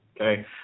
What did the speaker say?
okay